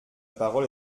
parole